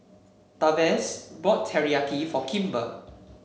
Tavares bought Teriyaki for Kimber